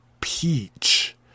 peach